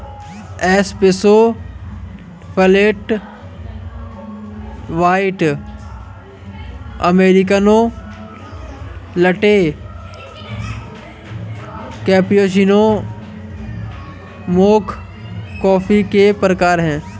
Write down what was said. espresso, flat white, americano, latte, cappuccino, mocha coffee के प्रकार हैं